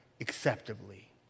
acceptably